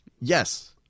yes